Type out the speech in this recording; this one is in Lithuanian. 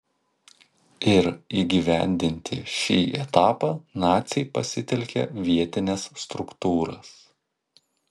ir įgyvendinti šį etapą naciai pasitelkė vietines struktūras